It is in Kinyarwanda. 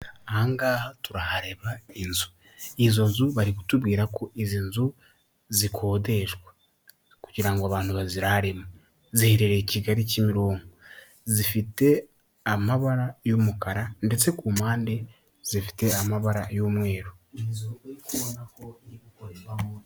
Aha ngaha turahareba inzu. Izo nzu bari kutubwira ko, izi nzu zikodeshwa. Kugira ngo abantu baziraremo. Ziherereye i Kigali Kimironko, zifite amabara y'umukara ndetse ku mpande zifite amabara y'umweru. Inzu uri kubona ko iri gukorerwamo.